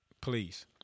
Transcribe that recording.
please